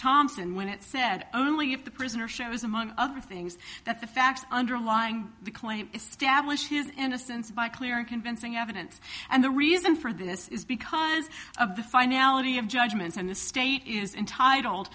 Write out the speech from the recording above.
thompson when it said only if the prisoner share is among other things that the facts underlying the claim establish his innocence by clear and convincing evidence and the reason for this is because of the finality of judgments and the state is entitled